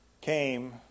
came